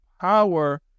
power